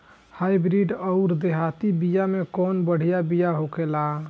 Hybrid अउर देहाती बिया मे कउन बढ़िया बिया होखेला?